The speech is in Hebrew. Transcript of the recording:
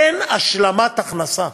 אין השלמת הכנסה.